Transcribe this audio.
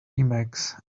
emacs